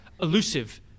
elusive